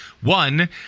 one